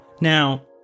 Now